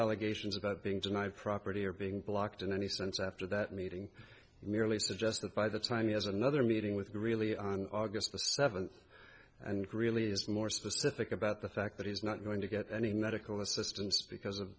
allegations about being denied property or being blocked in any sense after that meeting merely suggested by the time he has another meeting with greeley on august seventh and greeley is more specific about the fact that he's not going to get any medical assistance because of